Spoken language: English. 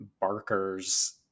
Barker's